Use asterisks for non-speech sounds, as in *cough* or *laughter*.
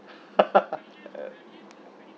*laughs*